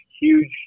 huge